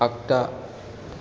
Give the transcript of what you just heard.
आगदा